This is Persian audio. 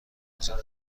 اذیت